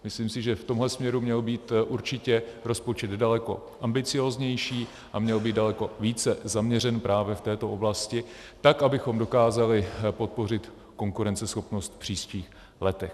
Myslím si, že v tomhle směru měl být určitě rozpočet daleko ambicióznější a měl být daleko více zaměřen právě v této oblasti tak, abychom dokázali podpořit konkurenceschopnost v příštích letech.